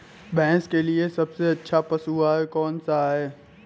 भैंस के लिए सबसे अच्छा पशु आहार कौन सा है?